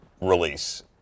release